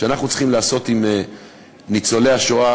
שאנחנו צריכים לעשות עם ניצולי השואה